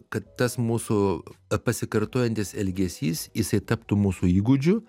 kad tas mūsų pasikartojantis elgesys jisai taptų mūsų įgūdžiu